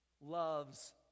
loves